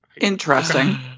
Interesting